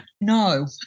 no